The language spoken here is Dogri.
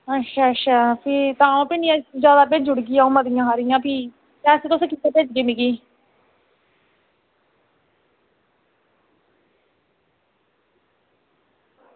ते तां भी भिंडियां जादै भेजी ओड़गी मतियां हारियां भी पैसे तुस कुत्थें भेजगे मिगी